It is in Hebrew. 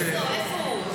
איפה הוא,